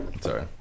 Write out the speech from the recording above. Sorry